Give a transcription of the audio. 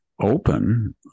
open